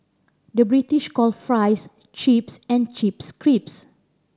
the British call fries chips and chips crisps